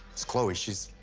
it's chloe. she's.